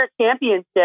championship